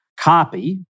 copy